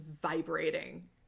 vibrating